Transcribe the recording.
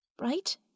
Right